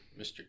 Mr